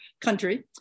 country